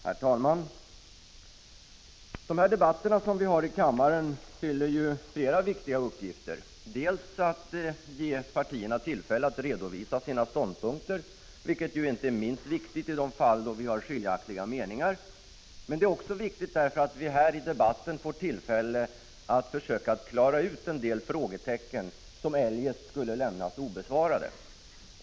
Herr talman! De här debatterna som vi för i kammaren fyller flera viktiga uppgifter, dels att ge partierna tillfälle att redovisa sina ståndpunkter, vilket inte är minst viktigt i de fall då vi har skiljaktiga meningar, dels att ge oss tillfälle att försöka klara ut en del frågor som eljest skulle lämnas obesvarade.